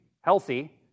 healthy